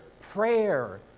prayer